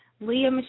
Leah